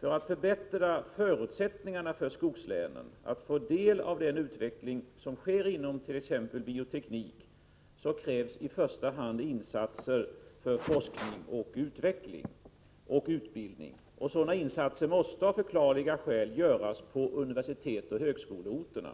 För att förbättra förutsättningarna för skogslänen att få del av den utveckling som sker inom t.ex. bioteknik krävs i första hand insatser för FOU och utbildning, och sådana insatser måste av förklarliga skäl göras på universitetsoch högskoleorterna.